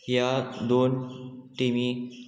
ह्या दोन टिमी